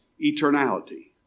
eternality